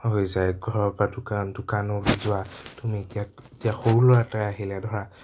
হৈ যায় ঘৰৰপৰা দোকান দোকানত যোৱা তুমি এতিয়া এতিয়া সৰু ল'ৰা এটাই আহিলে ধৰা